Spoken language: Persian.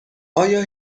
آیا